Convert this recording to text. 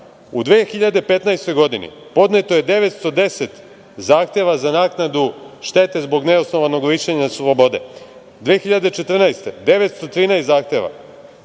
2015. godini podneto je 910 zahteva za naknadu štete zbog neosnovanog lišenja slobode, 2014. godine 913 zahteva.